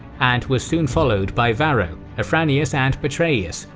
and was soon followed by varro, afranius and petreius,